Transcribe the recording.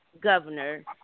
governor